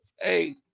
Hey